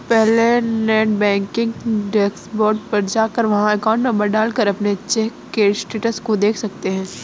पहले net banking dashboard पर जाकर वहाँ अकाउंट नंबर डाल कर अपने चेक के स्टेटस को देख सकते है